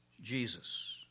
Jesus